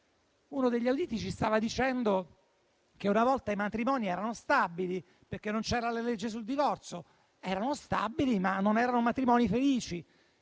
Uno degli auditi ci stava dicendo che una volta i matrimoni erano stabili, perché non c'era la legge sul divorzio. Erano stabili, ma non erano matrimoni felici.